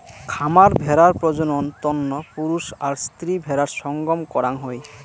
খামার ভেড়ার প্রজনন তন্ন পুরুষ আর স্ত্রী ভেড়ার সঙ্গম করাং হই